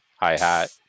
hi-hat